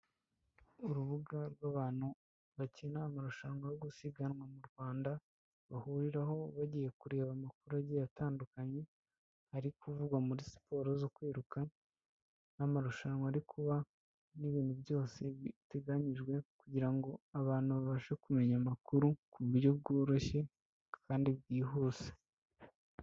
Urubuga rw'abantu bakina amarushanwa yo gusiganwa mu Rwanda, bahuriraho bagiye kureba amakuru agiye atandukanye, ari kuvugwa muri siporo zo kwiruka n'amarushanwa ari kuba n'ibintu byose biteganyijwe kugira ngo abantu babashe kumenya amakuru ku buryo bworoshye kandi bwihuse.